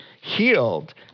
healed